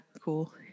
cool